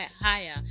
higher